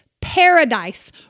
Paradise